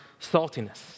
saltiness